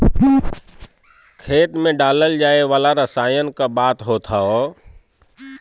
खेत मे डालल जाए वाला रसायन क बात होत हौ